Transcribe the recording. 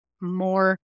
more